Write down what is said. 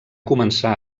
començar